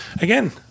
Again